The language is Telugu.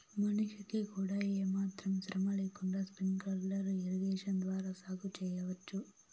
మనిషికి కూడా ఏమాత్రం శ్రమ లేకుండా స్ప్రింక్లర్ ఇరిగేషన్ ద్వారా సాగు చేయవచ్చు